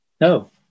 No